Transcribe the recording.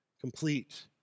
complete